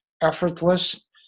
effortless